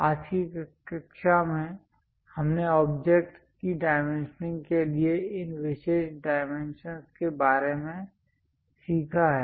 आज की कक्षा में हमने ऑब्जेक्ट्स की डाइमेंशनिंग के लिए इन विशेष डाइमेंशंस के बारे में सीखा है